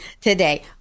today